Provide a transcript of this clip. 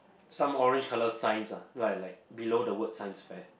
some orange colour signs ah like like below the word Science fair